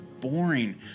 boring